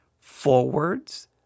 forwards